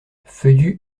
feuillus